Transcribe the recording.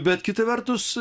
bet kita vertus